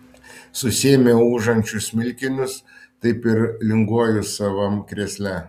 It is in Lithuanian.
susiėmiau ūžiančius smilkinius taip ir linguoju savam krėsle